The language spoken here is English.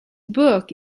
book